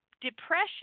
depression